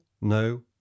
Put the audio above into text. no